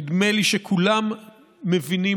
נדמה לי שכולם מבינים,